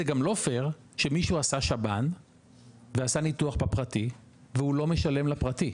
זה גם לא פייר שמישהו עשה שב"ן ועשה ניתוח בפרטי והוא לא משלם לפרטי.